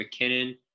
McKinnon